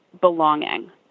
belonging